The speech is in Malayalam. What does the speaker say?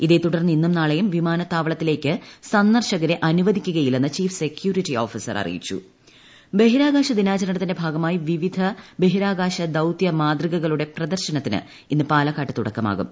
ഇതേ തുടർന്ന് ഇന്നും നാളെയും വിമാനത്താവളത്തിലേക്ക് സന്ദർശകരെ അനുവദിക്കുകയില്ലെന്ന് ചീഫ് സെക്യൂരിറ്റി ഓഫീസർ അറിയിച്ചു ബഹിരാകാശ ദിനം ബഹിരാകാശ ദിനാചരണത്തിന്റെ ഭാഗ്മായി വിവിധ ബഹിരാകാശദൌത്യ മാതൃകകളൂടെ പ്രദർശനത്തിന് ഇന്ന് പാലക്കാട്ട് തുടക്കമാകും